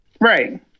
Right